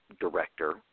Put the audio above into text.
director